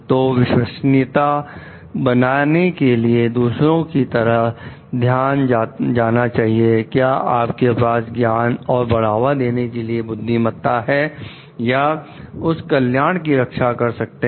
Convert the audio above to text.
तो विश्वसनीयता बनाने के लिए दूसरों की तरह ध्यान जाना चाहिए और क्या आपके पास ज्ञान और बढ़ावा देने के लिए बुद्धिमत्ता है या उस कल्याण की रक्षा कर सकते हैं